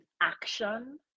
action